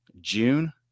June